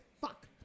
fuck